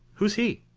who is he?